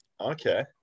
Okay